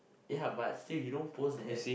ya but still you don't post that